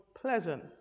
pleasant